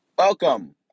Welcome